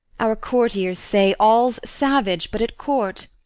our courtiers say all's savage but at court.